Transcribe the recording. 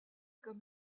comme